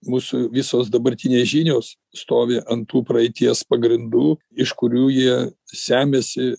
mūsų visos dabartinės žinios stovi ant tų praeities pagrindų iš kurių jie semiasi